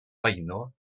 beuno